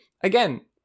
again